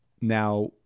Now